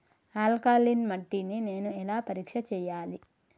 Alkaline మట్టి ని నేను ఎలా పరీక్ష చేయాలి?